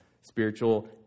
Spiritual